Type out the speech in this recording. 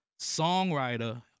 songwriter